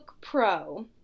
Pro